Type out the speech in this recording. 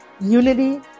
unity